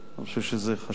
אני חושב שזה חשוב.